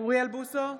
אוריאל בוסו,